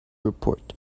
report